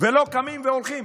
ולא קמים והולכים.